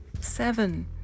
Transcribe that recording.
Seven